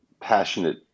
passionate